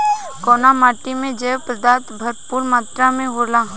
कउना माटी मे जैव पदार्थ भरपूर मात्रा में होला?